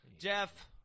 Jeff